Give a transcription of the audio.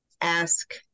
ask